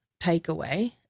takeaway